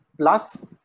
plus